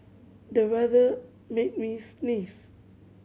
the weather made me sneeze